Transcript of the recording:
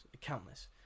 Countless